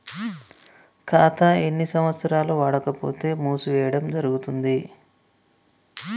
ఖాతా ఎన్ని సంవత్సరాలు వాడకపోతే మూసివేయడం జరుగుతుంది?